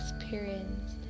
experience